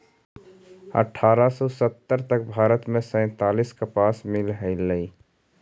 अट्ठारह सौ सत्तर तक भारत में सैंतालीस कपास मिल हलई